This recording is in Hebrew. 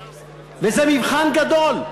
וזה מבחן גדול,